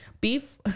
beef